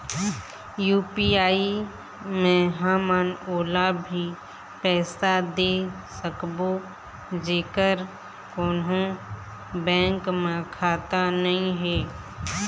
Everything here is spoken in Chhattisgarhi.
यू.पी.आई मे हमन ओला भी पैसा दे सकबो जेकर कोन्हो बैंक म खाता नई हे?